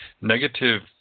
negative